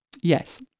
Yes